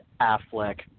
Affleck